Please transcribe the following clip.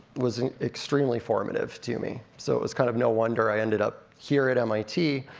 was extremely formative to me. so it was kind of no wonder i ended up here at mit,